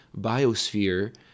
biosphere